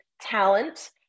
talent